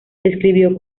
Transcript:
describió